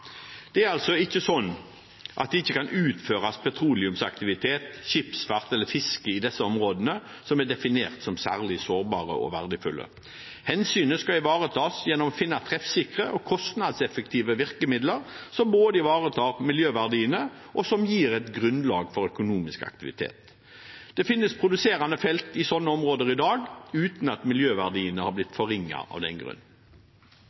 Det er altså ikke sånn at det ikke kan utføres petroleumsaktivitet, skipsfart eller fiske i disse områdene, som er definert som særlig sårbare og verdifulle. Hensynet skal ivaretas gjennom å finne treffsikre og kostnadseffektive virkemidler, som både ivaretar miljøverdiene og gir et grunnlag for økonomisk aktivitet. Det finnes produserende felt i sånne områder i dag uten at miljøverdiene har blitt forringet av den grunn.